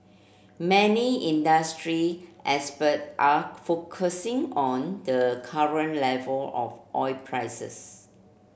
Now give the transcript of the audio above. many industry experts are focusing on the current level of oil prices